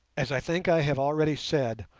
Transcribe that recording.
as i think i have already said,